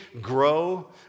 grow